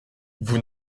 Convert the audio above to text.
vous